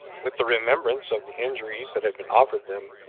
with the remembrance of the injuries that had been offered them,